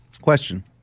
Question